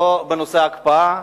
לא בנושא ההקפאה